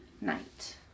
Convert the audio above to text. night